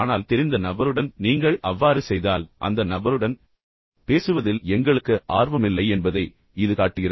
ஆனால் தெரிந்த நபருடன் நீங்கள் அவ்வாறு செய்தால் அந்த நபருடன் பேசுவதில் எங்களுக்கு ஆர்வம் இல்லை என்பதை இது காட்டுகிறது